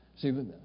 See